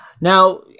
now